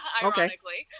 ironically